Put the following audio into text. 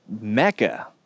mecca